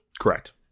Correct